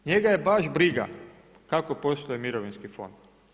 Njega je briga kako posluje mirovinski fond.